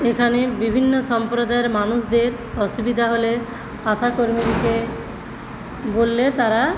এখানে বিভিন্ন সম্প্রদায়ের মানুষদের অসুবিধা হলে আশা কর্মীদের বললে তারা